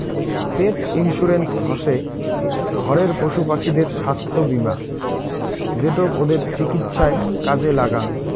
পেট insurance হসে ঘরের পশুপাখিদের ছাস্থ্য বীমা যেটো ওদের চিকিৎসায় কাজে লাগ্যাং